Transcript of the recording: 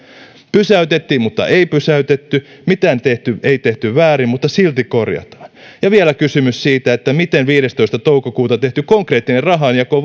pysäytettiin mutta ei pysäytetty mitään ei tehty väärin mutta silti korjataan ja vielä kysymys siitä miten viidestoista toukokuuta tehty konkreettinen rahanjako